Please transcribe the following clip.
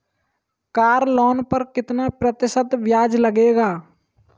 Car loan पर कितना प्रतिशत ब्याज लगेगा?